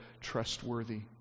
trustworthy